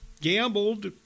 gambled